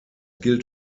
gilt